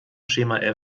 schema